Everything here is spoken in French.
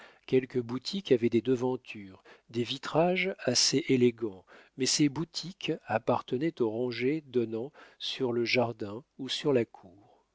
quelques boutiques avaient des devantures des vitrages assez élégants mais ces boutiques appartenaient aux rangées donnant sur le jardin ou sur la cour